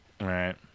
right